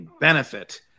benefit